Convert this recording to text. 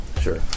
Sure